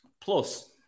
Plus